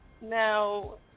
Now